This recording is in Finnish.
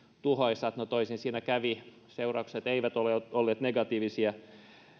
tuhoisat no toisin siinä kävi seuraukset käsittääkseni eivät ole olleet negatiivisia